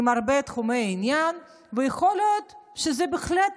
עם הרבה תחומי עניין, ויכול להיות שזה בהחלט